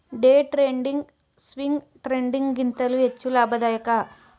day trading, swing trading ಗಿಂತಲೂ ಹೆಚ್ಚು ಲಾಭದಾಯಕ